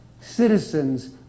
citizens